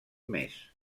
més